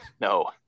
no